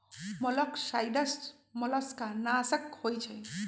मोलॉक्साइड्स मोलस्का नाशक होइ छइ